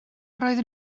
roedd